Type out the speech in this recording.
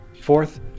Fourth